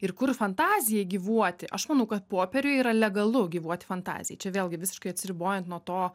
ir kur fantazija gyvuoti aš manau kad popieriuj yra legalu gyvuot fantazijai čia vėlgi visiškai atsiribojant nuo to